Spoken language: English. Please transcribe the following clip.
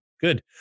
good